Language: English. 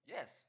Yes